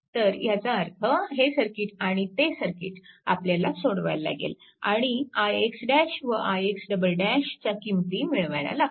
तर ह्याचा अर्थ हे सर्किट आणि ते सर्किट आपल्याला सोडवायला लागेल आणि ix व ix च्या किंमती मिळवायला लागतील